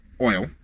oil